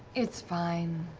it's fine.